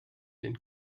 den